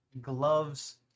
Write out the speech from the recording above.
Gloves